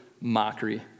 mockery